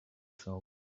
soul